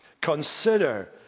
Consider